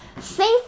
safe